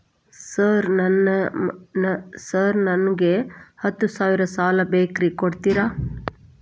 Sir ನನಗ ಹತ್ತು ಸಾವಿರ ಸಾಲ ಬೇಕ್ರಿ ಕೊಡುತ್ತೇರಾ?